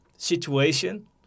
situation